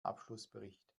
abschlussbericht